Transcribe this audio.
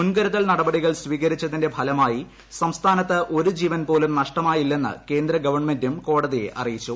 മുൻകരുതൽ നടപടികൾ സ്വീകരിച്ചതിന്റെ ഫലമായി സംസ്ഥാനത്ത് ഒരു ജീവൻപോലും നഷ്ടമായില്ലെന്ന് കേന്ദ്രഗവൺമെന്റും കോടതിയെ അറിയിച്ചു